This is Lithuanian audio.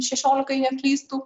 šešiolika jei neklystų